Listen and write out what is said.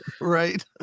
right